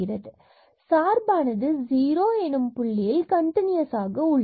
எனவே சார்பானது 0 எனும் புள்ளியில் கண்டினுயசாக உள்ளது